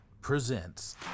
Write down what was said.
presents